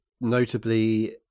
notably